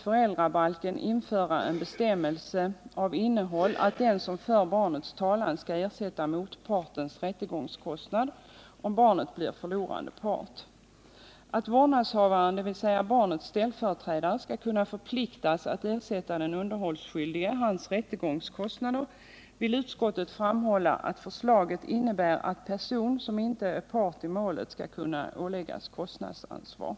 Förslaget att vårdnadshavaren, dvs. barnets ställföreträdare, skall kunna förpliktas att ersätta den underhållsskyldige för hans rättegångskostnader innebär, såsom utskottsmajoriteten framhåller, att person som inte är part i målet skall kunna åläggas kostnadsansvar.